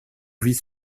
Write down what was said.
vice